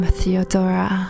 Theodora